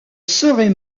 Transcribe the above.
serait